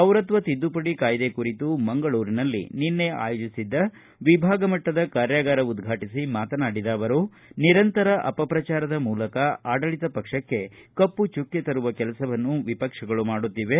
ಪೌರತ್ವ ತಿದ್ದುಪಡಿ ಕಾಯ್ದೆ ಕುರಿತು ಮಂಗಳೂರಿನಲ್ಲಿ ನಿನ್ನೆ ಆಯೋಜಿಸಿದ್ದ ವಿಭಾಗ ಮಟ್ಟದ ಕಾರ್ಯಾಗಾರ ಉದ್ಘಾಟಿಸಿ ಮಾತನಾಡಿದ ಅವರು ನಿರಂತರ ಅಪಪ್ರಚಾರದ ಮೂಲಕ ಆಡಳಿತ ಪಕ್ಷಕ್ಕೆ ಕಪ್ಪು ಚುಕ್ಕೆ ತರುವ ಕೆಲಸವನ್ನು ವಿಪಕ್ಷಗಳು ಮಾಡುತ್ತಿವೆ